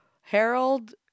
Harold